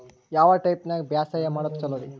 ಯಾವ ಟೈಪ್ ನ್ಯಾಗ ಬ್ಯಾಸಾಯಾ ಮಾಡೊದ್ ಛಲೋರಿ?